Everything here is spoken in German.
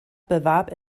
bewarb